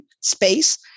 space